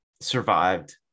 survived